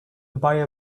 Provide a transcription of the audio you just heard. buyer